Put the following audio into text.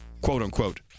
quote-unquote